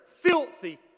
filthy